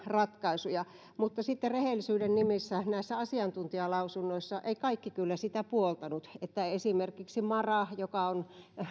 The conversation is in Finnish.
ratkaisuja mutta rehellisyyden nimissä näissä asiantuntijalausunnoissa eivät kaikki kyllä sitä puoltaneet esimerkiksi mara joka on